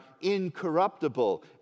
incorruptible